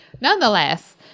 nonetheless